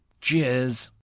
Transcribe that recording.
cheers